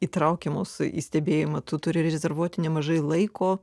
įtraukiamos į stebėjimą tu turi rezervuoti nemažai laiko